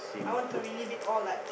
I want to relive it all like